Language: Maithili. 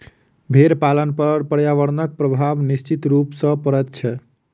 भेंड़ पालन पर पर्यावरणक प्रभाव निश्चित रूप सॅ पड़ैत छै